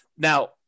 Now